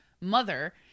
mother